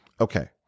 Okay